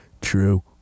true